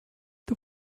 his